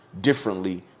differently